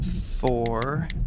four